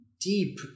deep